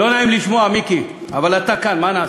לא נעים לשמוע, מיקי, אבל אתה כאן, מה נעשה,